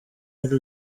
ari